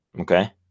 Okay